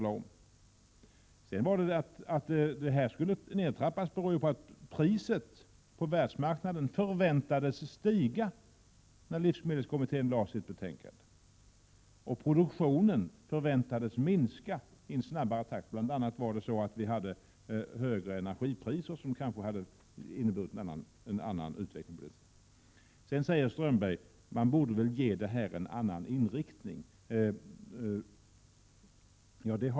Att dessa procenttal skulle trappas ned berodde på att priset på världsmarknaden, när livsmedelskommittén lade fram sitt betänkande, förväntades stiga, och produktionen förväntades minska i en snabbare takt. Bl.a. hade vi högre energipriser, vilket kanske hade inneburit en annan utveckling. Sedan säger Håkan Strömberg att man borde ge detta en annan inriktning.